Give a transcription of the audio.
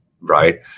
right